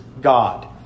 God